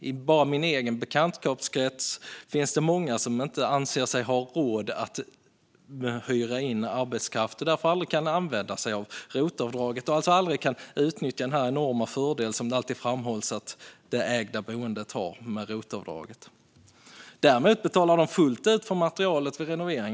I min egen bekantskapskrets finns det många som inte anser sig ha råd att hyra in arbetskraft och därför aldrig kan använda sig av rotavdraget och därmed aldrig utnyttjar den enorma fördel som det alltid framhålls att det ägda boendet har i och med rotavdraget. Däremot betalar de fullt ut för materialet vid renovering.